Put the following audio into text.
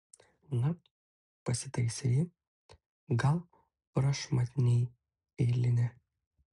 na pasitaisė ji gal prašmatniai eilinė